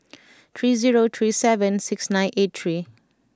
three zero three seven six nine eight three